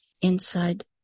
inside